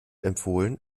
empfohlen